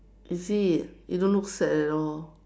is it you don't look sad at all